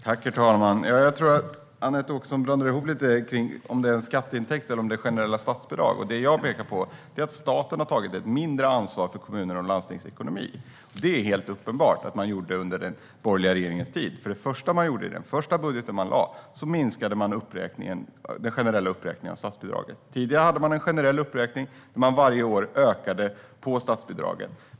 Herr talman! Jag tror att Anette Åkesson lite blandar ihop skatteintäkter och generella statsbidrag. Det jag pekar på är att staten har tagit ett mindre ansvar för kommuners och landstings ekonomi. Det är helt uppenbart att man gjorde det under den borgerliga regeringens tid. Det första man gjorde i den första budget som man lade fram var att man minskade den generella uppräkningen av statsbidragen. Tidigare hade man en generell uppräkning, där man varje år ökade statsbidragen.